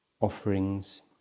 offerings